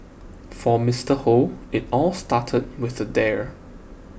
for Mr Hoe it all started with a dare